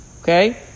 okay